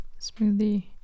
Smoothie